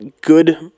good